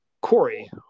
Corey